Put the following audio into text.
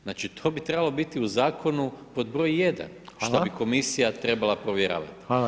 Znači to bi trebalo biti u zakonu pod broj jedan, što bi komisija trebala provjeravati.